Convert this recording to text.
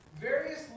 Various